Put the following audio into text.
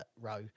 row